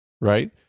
right